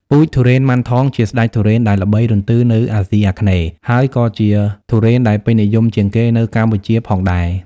ពូជទុរេនម៉ាន់ថងជាស្តេចទុរេនដែលល្បីរន្ទឺនៅអាស៊ីអាគ្នេយ៍ ហើយក៏ជាទុរេនដែលពេញនិយមជាងគេនៅកម្ពុជាផងដែរ។